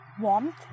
Warmth